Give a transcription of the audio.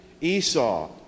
Esau